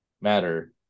matter